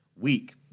week